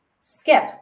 skip